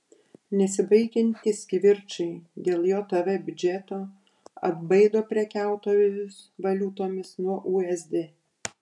nesibaigiantys kivirčai dėl jav biudžeto atbaido prekiautojus valiutomis nuo usd